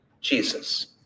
Jesus